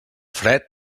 fred